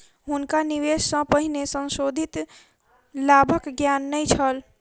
हुनका निवेश सॅ पहिने संशोधित लाभक ज्ञान नै छल